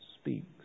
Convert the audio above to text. speaks